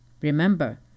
Remember